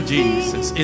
Jesus